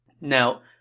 Now